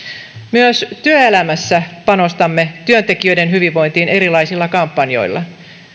myös työelämässä panostamme työntekijöiden hyvinvointiin erilaisilla kampanjoilla